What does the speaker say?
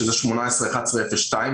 שזה 18/11/02,